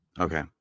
Okay